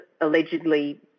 allegedly